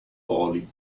poli